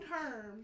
term